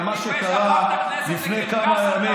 זאת רמת השיח שלך, תתבייש לך, תתבייש לך.